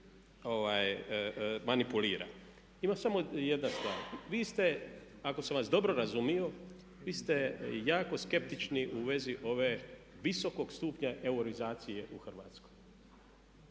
manipulira. Ima samo jedna stvar. Vi ste, ako sam vas dobro razumio, vi ste jako skeptični u vezi ove visokog stupnja eurizacije u Hrvatskoj.